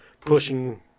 pushing